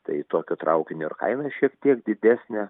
tai tokio traukinio ir kaina šiek tiek didesnė